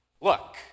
look